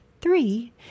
three